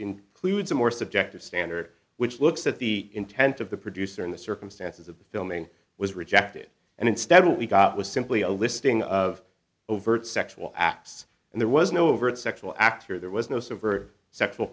includes more subjective standard which looks at the intent of the producer in the circumstances of the filming was rejected and instead what we got was simply a listing of overt sexual acts and there was no overt sexual act here there was no silver sexual